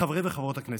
חברי וחברות הכנסת,